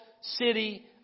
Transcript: city